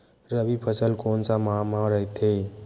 रबी फसल कोन सा माह म रथे?